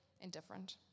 indifferent